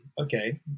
Okay